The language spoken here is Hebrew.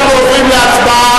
אנחנו עוברים להצבעה,